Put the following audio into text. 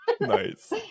nice